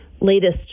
latest